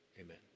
amen